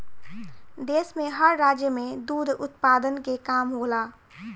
देश में हर राज्य में दुध उत्पादन के काम होला